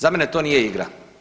Za mene to nije igra.